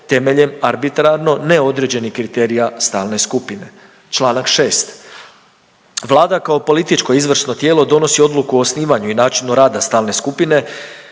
temeljem arbitrarno neodređenih kriterija stalne skupine. Čl. 6., Vlada kao političko i izvršno tijelo donosi odluku o osnivanju i načinu rada Stalne skupine